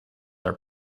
are